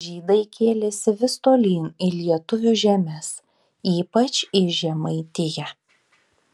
žydai kėlėsi vis tolyn į lietuvių žemes ypač į žemaitiją